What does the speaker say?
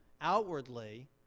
outwardly